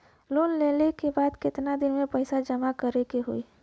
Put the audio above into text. Loan लेले के बाद कितना दिन में पैसा जमा करे के होई?